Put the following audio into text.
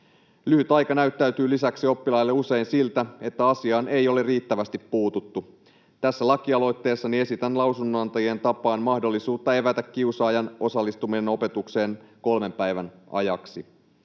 Lyhyt aika näyttäytyy lisäksi muille oppilaille usein siltä, että asiaan ei ole riittävästi puututtu. Tässä lakialoitteessani esitän lausunnonantajien tapaan mahdollisuutta evätä kiusaajan osallistuminen opetukseen kolmen päivän ajaksi.